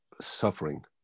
suffering